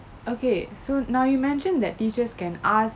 okay so now you mentioned that teachers can ask